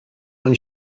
when